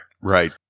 Right